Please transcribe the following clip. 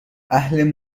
اهل